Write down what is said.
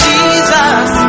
Jesus